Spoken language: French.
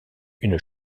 une